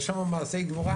היו שם מעשי גבורה.